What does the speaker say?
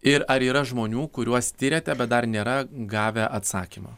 ir ar yra žmonių kuriuos tiriate bet dar nėra gavę atsakymo